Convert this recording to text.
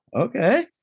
Okay